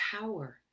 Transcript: power